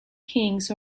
kings